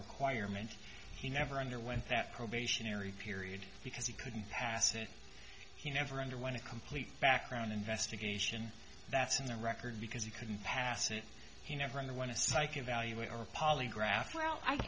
requirement he never underwent that probationary period because he couldn't pass it he never underwent a complete background investigation that's in the record because he couldn't pass it he never on the one of psych evaluation or a polygraph